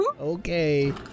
Okay